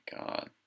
God